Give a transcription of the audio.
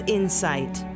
insight